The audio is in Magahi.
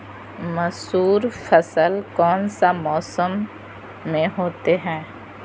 मसूर फसल कौन सा मौसम में होते हैं?